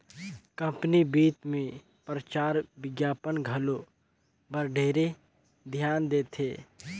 company बित मे परचार बिग्यापन घलो बर ढेरे धियान देथे